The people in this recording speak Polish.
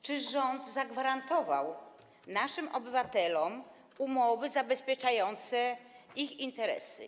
Czy rząd zagwarantował naszym obywatelom umowy zabezpieczające ich interesy?